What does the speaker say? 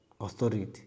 authority